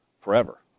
Forever